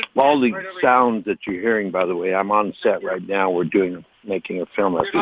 all the sounds that you're hearing, by the way, i'm on set right now. we're doing making a film as